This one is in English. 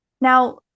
Now